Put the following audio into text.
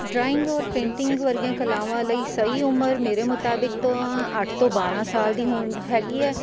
drawing ਔਰ painting ਵਰਗੀਆਂ ਕਲਾਵਾਂ ਲਈ ਸਹੀ ਉਮਰ ਮੇਰੇ ਮੁਤਾਬਿਕ ਤਾਂ ਅੱਠ ਤੋਂ ਬਾਰ੍ਹਾਂ ਸਾਲ ਦੀ ਹੋਣ ਹੈਗੀ ਹੈ